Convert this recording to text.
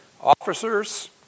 officers